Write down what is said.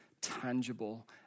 tangible